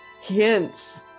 hints